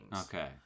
Okay